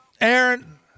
Aaron